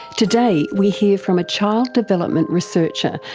today we hear from a child development researcher,